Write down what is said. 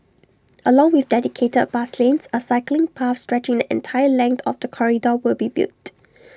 along with dedicated bus lanes A cycling path stretching the entire length of the corridor will be built